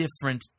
different